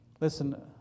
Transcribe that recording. listen